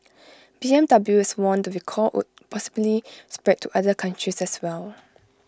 B M W has warned the recall would possibly spread to other countries as well